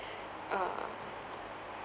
uh